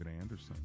anderson